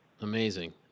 Amazing